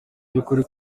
by’ukuri